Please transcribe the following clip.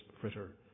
fritter